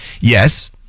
yes